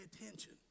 attention